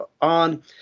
on